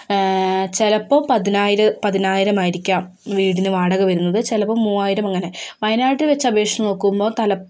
ചിലപ്പോൾ പതിനായിരം പതിനായിരം ആയിരിക്കാം വീടിനു വാടക വരുന്നത് ചിലപ്പോൾ മൂവായിരം അങ്ങനെ വയനാട്ടിൽ വച്ച് അപേക്ഷിച്ചു നോക്കുമ്പോൾ തല